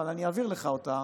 אבל אני אעביר לך אותה,